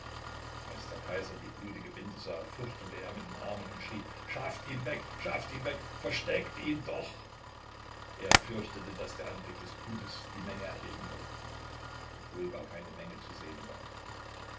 als der kaiser die blutige binde sah fuchtelte er mit den armen und schrie schafft ihn weg schafft ihn weg versteckt ihn doch er fürchtete daß der anblick des blutes die menge erregen würde obwohl gar keine menge zu sehen war